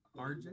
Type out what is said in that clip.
RJ